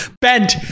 bent